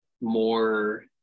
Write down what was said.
more